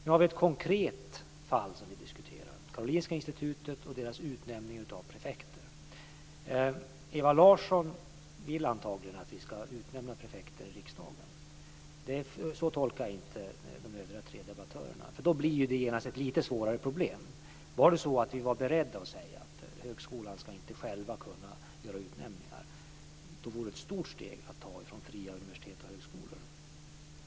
Nu har vi ett konkret fall som vi diskuterar - Karolinska institutet och dess utnämning av prefekter. Ewa Larsson vill antagligen att vi ska utnämna prefekter i riksdagen. Så tolkar jag inte de övriga tre debattörerna. Då blir det ju genast ett lite svårare problem. Om vi var beredda att säga att högskolan inte själv ska kunna göra utnämningar så vore det ett stort steg att ta från fria universitet och högskolor.